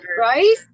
right